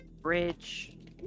Bridge